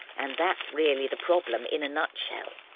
and that's really the problem in a nutshell.